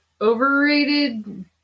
overrated